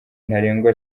ntarengwa